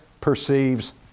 perceives